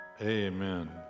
amen